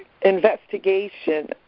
investigation